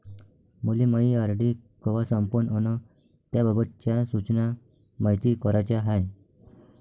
मले मायी आर.डी कवा संपन अन त्याबाबतच्या सूचना मायती कराच्या हाय